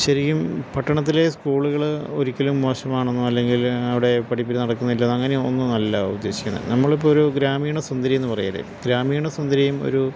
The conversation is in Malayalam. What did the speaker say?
ശരിക്കും പട്ടണത്തിലെ സ്കൂളുകൾ ഒരിക്കലും മോശമാണെന്നോ അല്ലെങ്കിൽ അവിടെ പഠിപ്പക്കൽ നടക്കുന്നില്ല അങ്ങനെയൊന്നും അല്ല ഉദ്ദേശിക്കുന്നത് നമ്മളിപ്പോൾ ഒരു ഗ്രാമീണ സുന്ദരി എന്ന് പറയില്ലേ ഗ്രാമീണ സുന്ദരിയും ഒരു